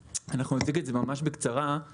אציג את זה ממש בקצרה,